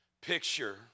picture